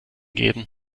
geben